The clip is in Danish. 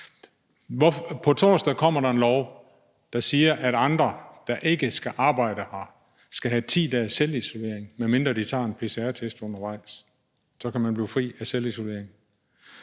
På torsdag kommer der et lovforslag, der siger, at andre, der ikke skal arbejde her, skal have 10 dages selvisolering, medmindre de tager en pcr-test undervejs. Så kan man blive fri af selvisolering.